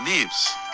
lives